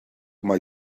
mae